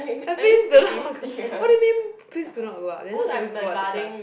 and please do not go what do you mean please do not go up you're not suppose to go up to class